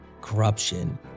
corruption